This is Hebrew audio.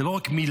זו לא רק מילה,